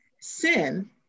sin